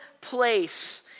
place